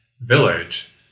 village